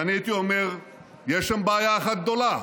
ואני הייתי אומר שיש שם בעיה אחת גדולה,